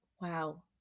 Wow